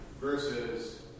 versus